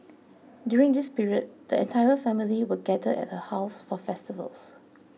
during this period the entire family would gather at her house for festivals